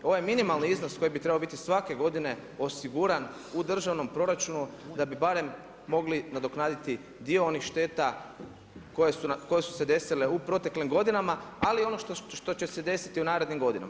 Ovaj minimalni iznos koji bi trebao biti svake godine, osiguran u državnom proračunu, da bi barem mogli nadoknaditi dio šteta koje su se desile u proteklim godinama, ali i ono št će se desiti u narednim godinama.